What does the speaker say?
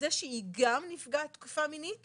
זה שהיא גם נפגעת תקיפה מינית,